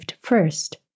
first